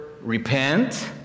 repent